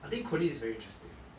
I think coding is very interesting